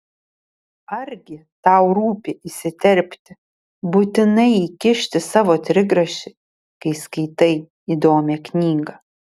argi tau rūpi įsiterpti būtinai įkišti savo trigrašį kai skaitai įdomią knygą